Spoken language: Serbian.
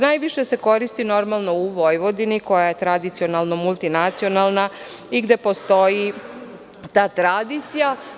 Najviše se koristi normalno u Vojvodini koja je tradicionalno multinacionalna i gde postoji ta tradicija.